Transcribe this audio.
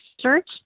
search